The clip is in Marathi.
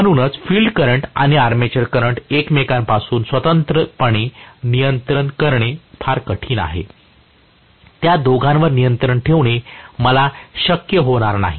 म्हणूनच फील्ड करंट आणि आर्मेचर करंट एकमेकांपासून स्वतंत्रपणे नियंत्रित करणे फार कठीण आहे त्या दोघांवर नियंत्रण ठेवणे मला शक्य होणार नाही